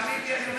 תאמין לי,